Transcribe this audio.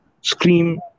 scream